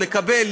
לקבל,